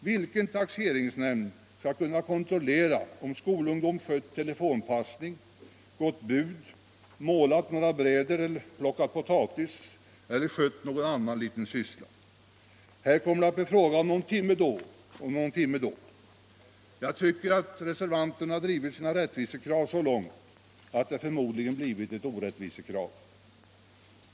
Vilken taxeringsnämnd skall kunna kontrollera om skolungdom skött telefonpassning, budskickning, målat några bräder, plockat potatis eller skött någon annan liten syssla? Här kommer det att bli fråga — Nr 76 om någon timme då och någon; timme då. Fredagen den Jag tycker att reservanterna drivit sitt rättvisekrav så långt att det för §märs 1976 modligen blivit ett orättvisekrav.